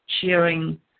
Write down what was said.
cheering